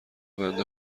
بنده